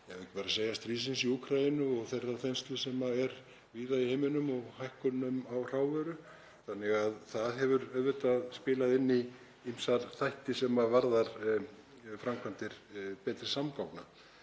ekki bara að segja stríðsins í Úkraínu og þeirrar þenslu sem er víða í heiminum og hækkana á hrávöru þannig að það hefur auðvitað spilað inn í ýmsa þætti sem varða framkvæmdir Betri samgangna.